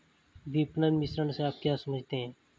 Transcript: विपणन मिश्रण से आप क्या समझते हैं?